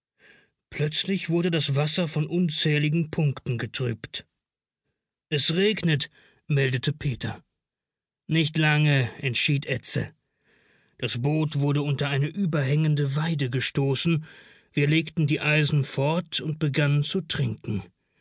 plötzlich wurde das wasser von unzähligen punkten getrübt es regnet meldete peter nicht lange entschied edse das boot wurde unter eine überhängende weide gestoßen wir legten die eisen fort und begannen zu trinken